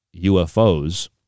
UFOs